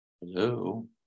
Hello